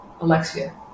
alexia